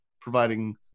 providing